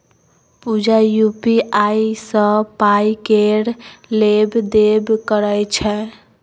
पुजा UPI सँ पाइ केर लेब देब करय छै